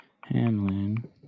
Hamlin